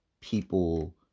people